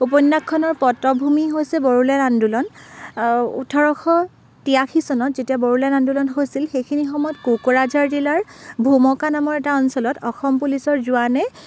উপন্যাসখনৰ পটভূমি হৈছে বড়োলেণ্ড আন্দোলন ওঁঠৰশ তিৰাশী চনত যেতিয়া বড়োলেণ্ড আন্দোলন হৈছিল সেইখিনি সময়ত কোকোৰাঝাৰ জিলাৰ ভোমকা নামৰ এটা অঞ্চলত অসম পুলিচৰ জোৱানে